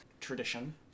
tradition